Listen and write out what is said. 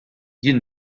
jien